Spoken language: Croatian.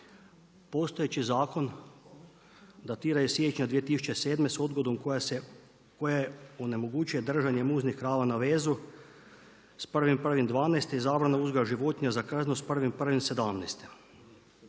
Postojeći zakon datira iz siječnja 2007. s odgodom koja onemogućuje držanje muznih krava na vezu s 1.1.2012. i zabrana uzgoja životinja za kaznu s 1.1.2017.